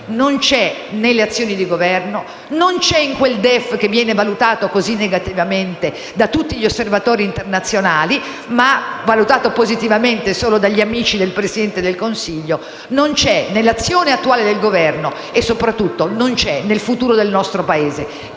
Non c'è nelle azioni di Governo; non c'è in quel DEF che viene valutato così negativamente da tutti gli osservatori internazionali (ma positivamente solo dagli amici del Presidente del Consiglio); non c'è nell'azione attuale del Governo e soprattutto non c'è nel futuro del nostro Paese.